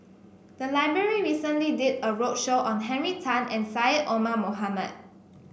the library recently did a roadshow on Henry Tan and Syed Omar Mohamed